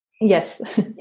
Yes